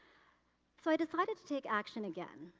so, i decided to take action again.